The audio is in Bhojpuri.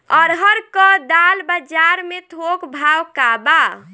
अरहर क दाल बजार में थोक भाव का बा?